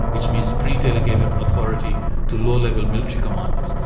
which means pre-delegated authority to low-level military commanders,